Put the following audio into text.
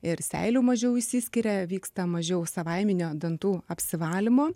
ir seilių mažiau išsiskiria vyksta mažiau savaiminio dantų apsivalymo